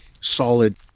solid